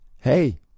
hey